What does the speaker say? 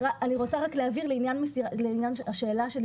אני רוצה להבהיר לעניין מסירת מידע.